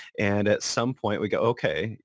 and at some point, we go, okay.